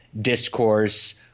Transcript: discourse